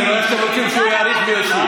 אני רואה שאתם רוצים שהוא יאריך וישוב.